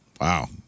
Wow